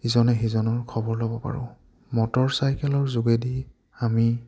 ইজনে সিজনৰ খবৰ ল'ব পাৰোঁ মটৰচাইকেলৰ যোগেদি আমি